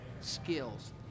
skills